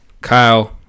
Kyle